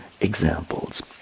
examples